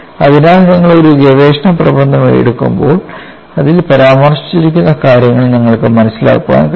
അതിനാൽ നിങ്ങൾ ഒരു ഗവേഷണ പ്രബന്ധം എടുക്കുമ്പോൾ അതിൽ പരാമർശിച്ചിരിക്കുന്ന കാര്യങ്ങൾ നിങ്ങൾക്ക് മനസിലാക്കാൻ കഴിയും